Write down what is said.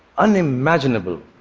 unimaginable